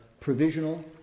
provisional